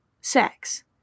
sex